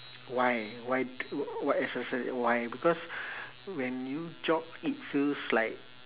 why why to what exercise why because when you jog it feels like